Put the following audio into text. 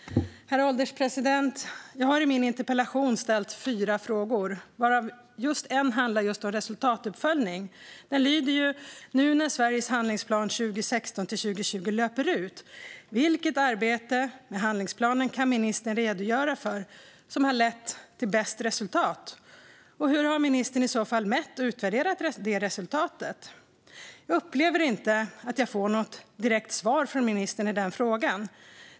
Herr ålderspresident! Jag har i min interpellation ställt fyra frågor. En handlar just om resultatuppföljning. Den lyder: Nu när Sveriges handlingsplan 2016-2020 löper ut, vilket arbete med handlingsplanen kan ministern redogöra för som har lett till bäst resultat, och hur har ministern i så fall mätt och utvärderat det resultatet? Jag upplever inte att jag får något direkt svar från ministern på den frågan.